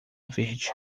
verde